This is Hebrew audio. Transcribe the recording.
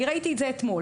אני ראיתי את זה אתמול.